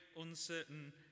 uncertain